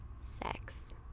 sex